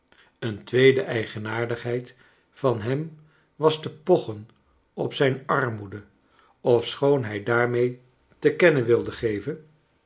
een tweede eigenaardigheid van hem was te pochen op zijn armoede ofschoon hij daarmee te kennen wilkleine dobrit de geven